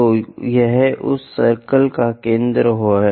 तो यह उस सर्कल का केंद्र O है